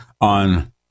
on